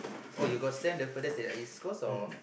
oh you got send the furthest uh east coast or